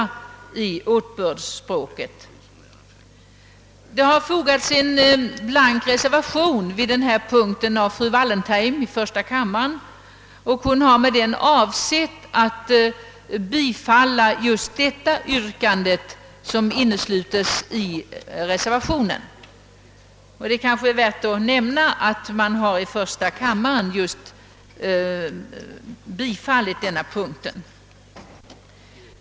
Till utskottsutlåtandet har fogats en blank reservation av fru Wallentheim i första kammaren, och hon har med den avsett att stödja det yrkande som inneslutes i dessa motioner. Det är kanske värt att nämna att första kammaren just bifallit det yrkande som fru Wallentheim framställt.